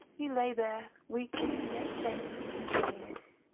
he lay there, weakly yet sanely considering it.